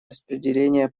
распределение